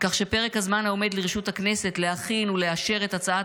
כך שפרק הזמן העומד לרשות הכנסת להכין ולאשר את הצעת